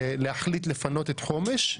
להחליט לפנות את חומש,